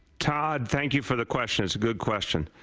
todd, thank you for the question. a good question.